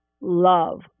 love